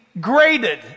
graded